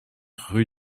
rue